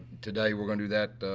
today we're gonna do that,